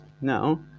Now